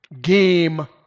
game